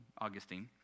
Augustine